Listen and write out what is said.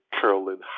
Carolyn